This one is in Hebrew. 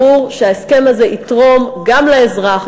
ברור שההסכם הזה יתרום גם לאזרח,